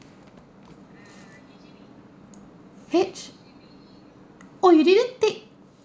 H oh you didn't take